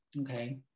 okay